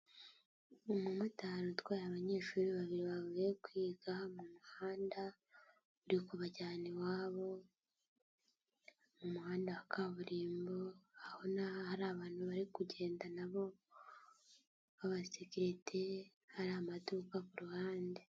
Umumotari utwaye abanyeshuri babiri bavuye kwiga mu muhanda, uri kubajyana iwabo, mu muhanda wa kaburimbo, urabona hari abantu bari kugenda na bo b'abasekirite, hari amaduka ku ruhande.